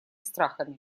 страхами